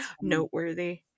noteworthy